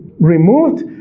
removed